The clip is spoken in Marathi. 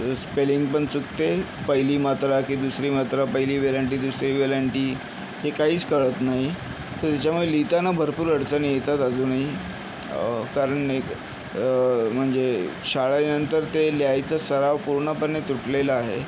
स्पेलिंग पण चुकते पहिली मात्रा की दुसरी मात्रा पहिली वेलांटी दुसरी वेलांटी हे काहीच कळत नाही तर त्याच्यामुळे लिहिताना भरपूर अडचणी येतात अजूनही कारण एक म्हणजे शाळेनंतर ते लिहायचा सराव पूर्णपणे तुटलेला आहे